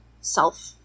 self